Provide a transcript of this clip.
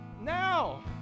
now